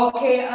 Okay